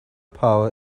power